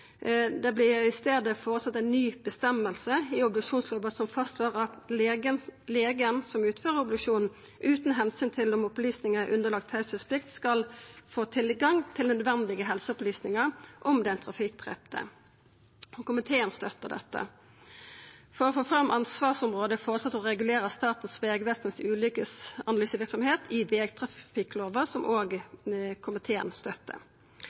Det vert i staden føreslått ei ny føresegn i obduksjonslova som fastslår at legen som utfører obduksjonen, utan omsyn til om opplysningar er underlagde teieplikt, skal få tilgang til nødvendige helseopplysningar om den trafikkdrepne. Komiteen støttar dette. For å få fram ansvarsområdet vert det føreslått å regulera Statens vegvesens ulykkesanalyseverksemd i vegtrafikklova, noko òg komiteen støttar.